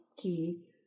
key